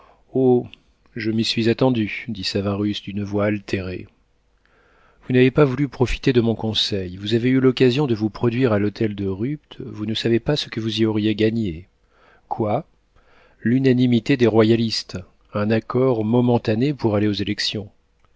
je m'y suis attendu dit savarus d'une voix altérée vous n'avez pas voulu profiter de mon conseil vous avez eu l'occasion de vous produire à l'hôtel de rupt vous ne savez pas ce que vous y auriez gagné quoi l'unanimité des royalistes un accord momentané pour aller aux élections